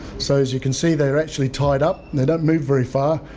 so, as you can see they're actually tied up and they don't move very far,